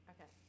Okay